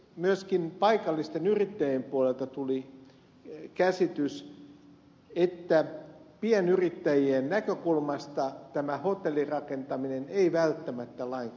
myöskin paikallisten yrittäjien puolelta tuli käsitys että pienyrittäjien näkökulmasta tämä hotellirakentaminen ei välttämättä lainkaan ole hyvä asia